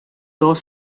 dos